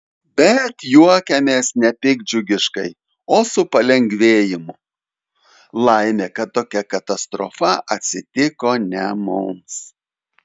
bet juokiamės ne piktdžiugiškai o su palengvėjimu laimė kad tokia katastrofa atsitiko ne mums